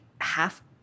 half